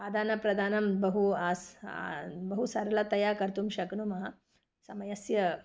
आदानप्रदानं बहु आसन् बहु सरलतया कर्तुं शक्नुमः समयस्य